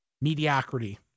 mediocrity